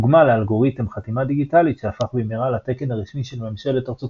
דוגמה לאלגוריתם חתימה דיגיטלית שהפך במהרה לתקן רשמי של ממשלת ארצות